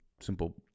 simple